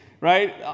right